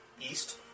East